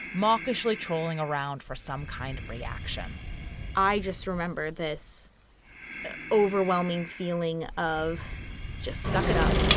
mawkish lee, trolling around for some kind of reaction i just remember this overwhelming feeling of just suck it up.